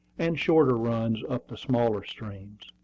and shorter runs up the smaller streams.